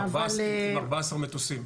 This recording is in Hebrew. עם 14 מטוסים.